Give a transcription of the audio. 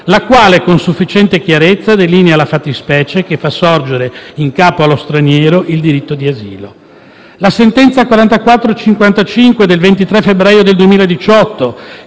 la quale, con sufficiente chiarezza, delinea la fattispecie che fa sorgere in capo allo straniero il diritto di asilo; la sentenza n. 4455 del 23 febbraio del 2018,